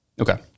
Okay